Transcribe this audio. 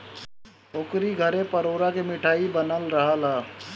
ओकरी घरे परोरा के मिठाई बनल रहल हअ